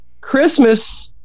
Christmas